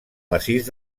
massís